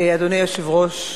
אדוני היושב-ראש,